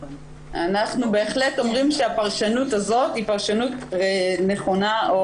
אנחנו בהחלט אומרים שהפרשנות הזאת היא פרשנות נכונה.